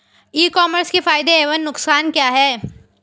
ई commerce के फायदे एवं नुकसान क्या हैं?